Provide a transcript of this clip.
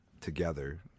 together